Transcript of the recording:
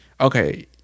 Okay